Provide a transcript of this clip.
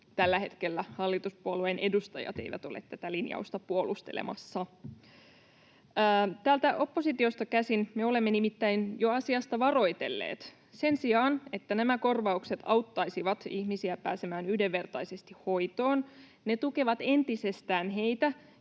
tällä hetkellä hallituspuolueiden edustajat eivät ole tätä linjausta puolustelemassa. Täältä oppositiosta käsin me olemme nimittäin jo asiasta varoitelleet. Sen sijaan, että nämä korvaukset auttaisivat ihmisiä pääsemään yhdenvertaisesti hoitoon, ne tukevat entisestään heitä,